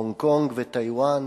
הונג-קונג וטייוואן,